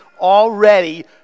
already